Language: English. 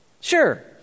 Sure